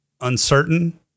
uncertain